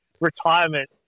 retirement